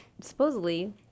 supposedly